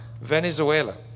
venezuela